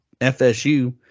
FSU